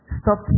stop